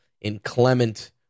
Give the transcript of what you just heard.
inclement